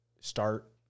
start